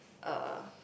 uh